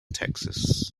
texas